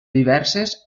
diverses